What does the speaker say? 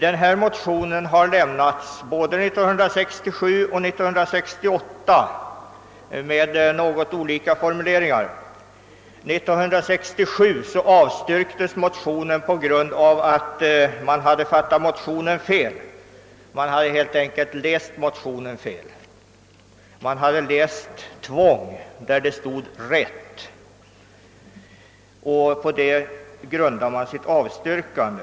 Motioner med samma syfte väcktes både 1967 och 1968 med något olika formuleringar. År 1967 avstyrktes motionen på grund av att man hade uppfattat den oriktigt och läst »tvång» där det stod »rätt». På detta grundade utskottet sitt avstyrkande.